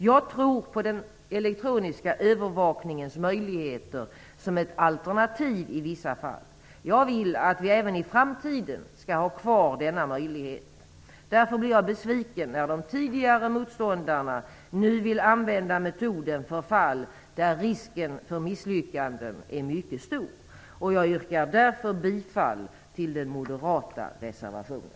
Jag tror på den elektroniska övervakningens möjligheter som ett alternativ i vissa fall. Jag vill att vi även i framtiden skall ha kvar denna möjlighet. Därför blir jag besviken när de tidigare motståndarna nu vill använda metoden för fall där risken för misslyckande är mycket stor. Jag yrkar därför bifall till den moderata reservationen.